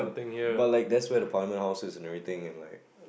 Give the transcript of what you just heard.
but like that's where the parliament house is and everything and like